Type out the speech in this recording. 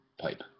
pipe